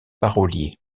parolier